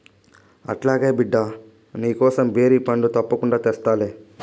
అట్లాగే బిడ్డా, నీకోసం బేరి పండ్లు తప్పకుండా తెస్తాలే